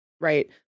Right